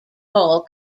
hall